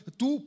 tu